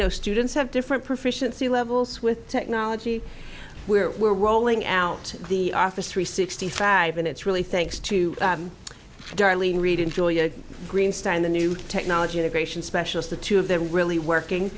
know students have different proficiency levels with technology where we're rolling out the office three sixty five and it's really thanks to darlene reed and julia greenstein the new technology integration specialist the two of the really working